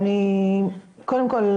קודם כל,